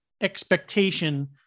expectation